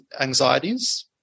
anxieties